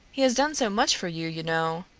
he has done so much for you, you know.